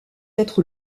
être